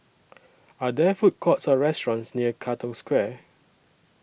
Are There Food Courts Or restaurants near Katong Square